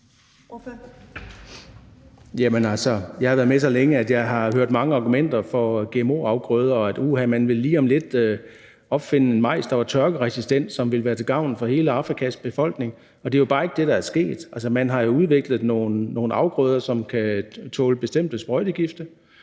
jeg har været med så længe, at jeg har hørt mange argumenter for gmo-afgrøder, og, uha, at man lige om lidt vil opfinde en majs, der er tørkeresistent, som vil være til gavn for hele Afrikas befolkning. Det er jo bare ikke det, der er sket. Man har jo udviklet nogle afgrøder, som kan tåle bestemte sprøjtegifte,